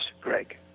greg